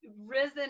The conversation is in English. risen